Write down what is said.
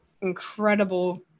incredible